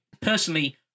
personally